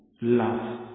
love